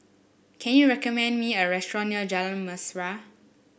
can you recommend me a restaurant near Jalan Mesra